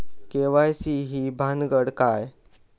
KYC ही भानगड काय?